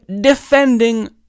defending